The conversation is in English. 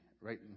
right